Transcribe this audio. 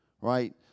right